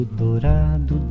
dourado